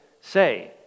say